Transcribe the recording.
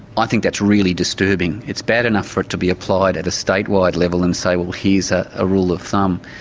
i think that's really disturbing. it's bad enough for it to be applied at a state-wide level and say, well, here's ah a rule of thumb.